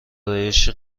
ارایشی